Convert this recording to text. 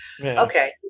Okay